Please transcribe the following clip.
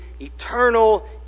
eternal